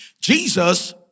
Jesus